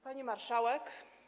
Pani Marszałek!